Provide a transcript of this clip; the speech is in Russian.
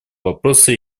вопросы